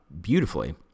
beautifully